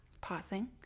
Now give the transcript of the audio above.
Pausing